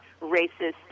racist